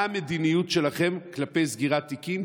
מהי המדיניות שלכם כלפי סגירת תיקים?